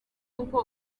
uko